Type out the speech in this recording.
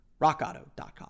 RockAuto.com